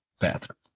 bathroom